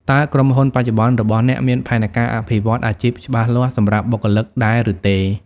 តើក្រុមហ៊ុនបច្ចុប្បន្នរបស់អ្នកមានផែនការអភិវឌ្ឍន៍អាជីពច្បាស់លាស់សម្រាប់បុគ្គលិកដែរឬទេ?